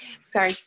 sorry